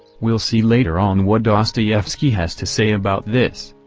we'll see later on what dostoyevsky has to say about this.